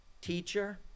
Teacher